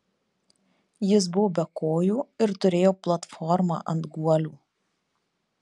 jis buvo be kojų ir turėjo platformą ant guolių